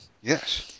Yes